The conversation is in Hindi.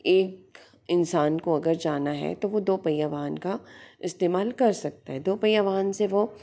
एक इंसान को अगर जाना है तो वो दो पहिया वाहन का इस्तेमाल कर सकता है दो पहिया वाहन से वो